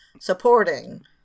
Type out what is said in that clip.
supporting